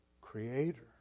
Creator